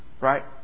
Right